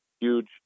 huge